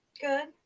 Good